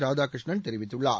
ராதாகிருஷ்ணன் தெரிவித்துள்ளார்